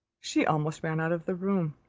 she almost ran out of the room,